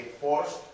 forced